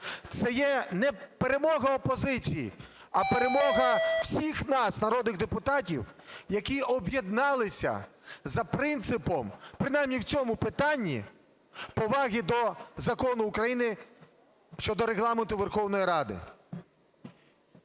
це є не перемога опозиції, а перемога всіх нас, народних депутатів, які об'єдналися за принципом, принаймні в цьому питанні, поваги до Закону України щодо Регламенту Верховної Ради.